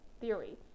theory